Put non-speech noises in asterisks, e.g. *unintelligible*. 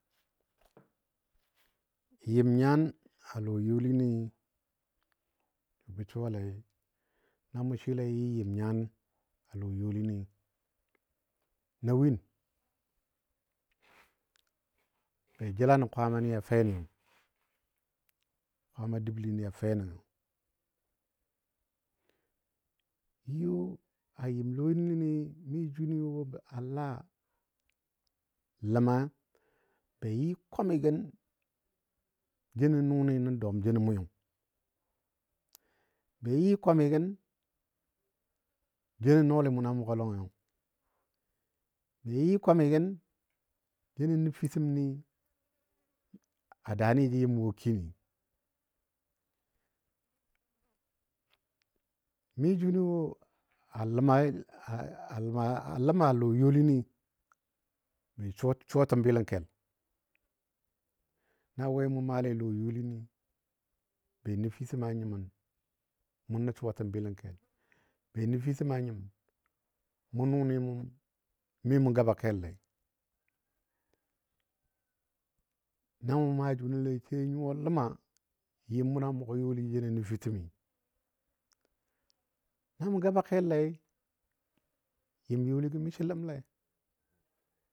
*noise* Yɨm nyan a lɔ youli ni bə suwalei namo swɨle yɨ yɨm nyan a lɔ youlini na win. be *noise* jəla nə Kwaamani a feni, kwaama dəbəli ni a feni. Na yo. a yɨm youlini mi jʊni wo a laa ləma be yɨ kwamigən jenɔ nʊni nən dɔm jəno mʊyo be yɨ kwamigən jənɔ nɔɔli munɔ mʊgɔ, lɔngiyo, be yɨ kwamigən jenɔ nəfitəm ni a daani jə yɨm wo kini, mi jʊni wo a ləmai *hesitation* a ləm a lɔ youlini *unintelligible* suwatəm bilənkel na we mu maale a lɔ youlini, be nəfitəmɔ nyiməm mu nə suwatəm bilənkel. Be nəfitəmɔ a nyim mu nʊni mu mi mu gaba kellei. Namu maa jʊnilei sai nyuwa. ləma yɨm munɔ mʊgɔ youli jənɔ nəfitəmi, na mu gaba kellei, yɨm youlingɔ. miso ləmle.